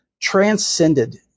transcended